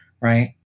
right